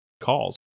calls